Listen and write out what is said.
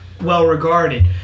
well-regarded